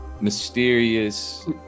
mysterious